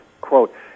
quote